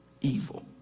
Evil